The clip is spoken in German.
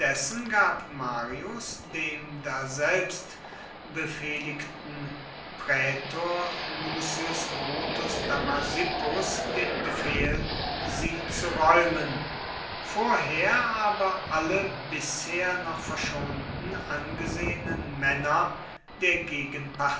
gab marius dem daselbst befehligten prätor lucius brutus damasippus den befehl sie zu räumen vorher aber alle bisher noch verschonten angesehenen männer der gegenpartei